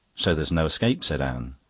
so there's no escape, said anne,